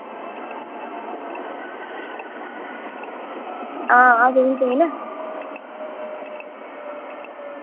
आं आं बिकन